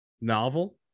novel